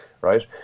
right